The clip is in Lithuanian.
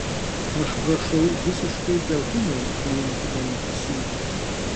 aš prašau visiškai be humoro priimti mano pasiūlymą